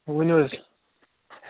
ؤنِو حظ